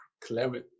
clarity